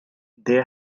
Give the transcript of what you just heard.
they